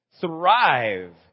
thrive